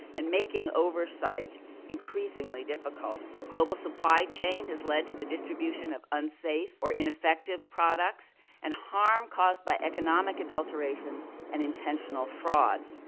and making oversight increasingly difficult. the global supply chain has led to the distribution of unsafe or ineffective products and harm caused by economic adulteration and intentional fraud.